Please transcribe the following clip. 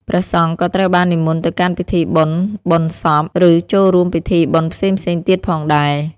ព្រះសង្ឃក៏ត្រូវបាននិមន្តទៅកាន់ពិធីបុណ្យបុណ្យសព ឬចូលរួមពីធីបុណ្យផ្សេងៗទៀតផងដែរ។